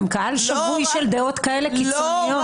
הם קהל שבוי של דעות כאלה קיצוניות.